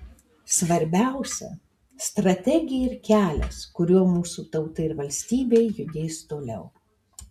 svarbiausia strategija ir kelias kuriuo mūsų tauta ir valstybė judės toliau